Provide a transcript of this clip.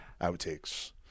outtakes